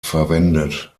verwendet